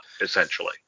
essentially